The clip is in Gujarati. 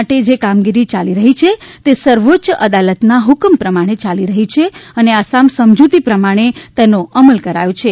માટે જે કામગીરી યાલી રહી છે તે સર્વોઅય અદાલત ના ફકમ પ્રમાણે યાલી રહી છે અને આસામ સમજૂતી પ્રમાણે તેનો અમલ કરાયો છે